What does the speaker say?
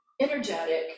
energetic